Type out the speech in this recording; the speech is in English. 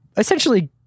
essentially